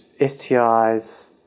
STIs